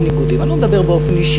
פעילה,